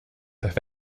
have